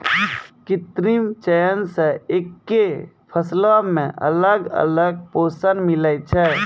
कृत्रिम चयन से एक्के फसलो मे अलग अलग पोषण मिलै छै